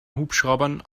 hubschraubern